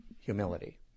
humility